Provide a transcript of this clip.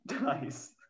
Nice